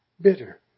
bitter